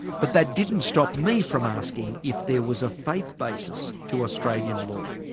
but that didn't stop me from asking if there was a faith basis to australian law.